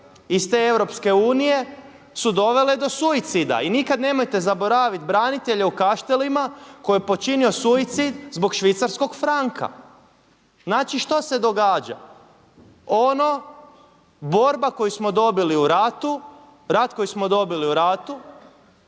iz te EU su dovele do suicida. I nikada nemojte zaboraviti branitelje u Kaštelima koji je počinio suicid zbog švicarskog franka. Znači što se događa? Ono borba koju smo dobili u ratu, rat koji smo dobili u ratu